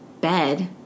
bed